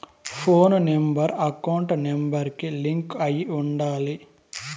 పోను number account number కి link అయ్యి ఉండాలి